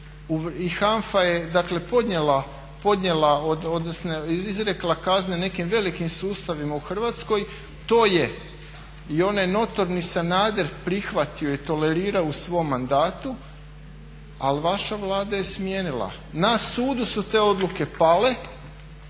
i HANFA je podnijela odnosno izrekla kazne nekim velikim sustavima u Hrvatskoj. To je i onaj notorni Sanader prihvatio i tolerirao u svom mandatu, ali vaša Vlada je smijenila. Na sudu su te odluke pale